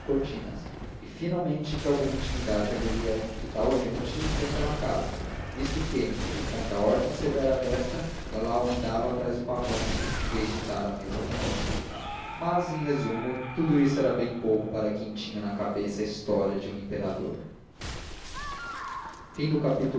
cortinas e finalmente que alguma intimidade haveria entre tal gente e aquela casa visto que contra a ordem severa desta lalau andava atrás do pavão em vez de estar à mesa conosco mas em resumo tudo isso era bem pouco para quem tinha na cabeça a história de um imperador lalau não